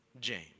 James